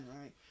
right